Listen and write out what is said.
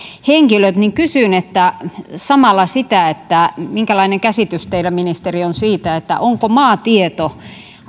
henkilöt niin kysyn samalla sitä minkälainen käsitys teillä ministeri on siitä onko maatieto